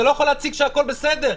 אתה לא יכול להציג שהכול בסדר.